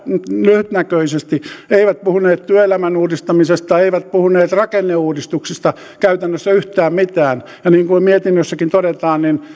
lyhytnäköisesti eivät puhuneet työelämän uudistamisesta eivät puhuneet rakenneuudistuksista käytännössä yhtään mitään ja niin kuin mietinnössäkin todetaan